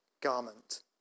garment